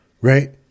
right